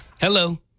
Hello